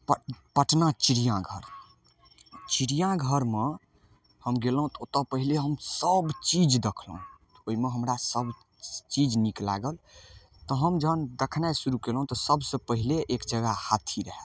पटना पटना चिड़िया घर चिड़िया घरमे हम गेलहुँ तऽ ओतऽ पहिले हम सब चीज देखलहुँ तऽ ओयमे हमरा सब चीज नीक लागल तऽ हम जहन देखनाइ शुरू कयलहुँ तऽ सबसँ पहिले एक जगह हाथी रहै